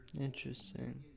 Interesting